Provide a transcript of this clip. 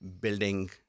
building